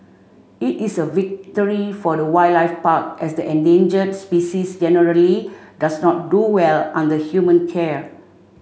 it is a victory for the wildlife park as the endangered species generally does not do well under human care